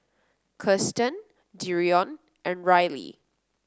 Kiersten Dereon and Ryley